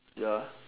ya